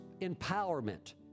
empowerment